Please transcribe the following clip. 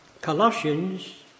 Colossians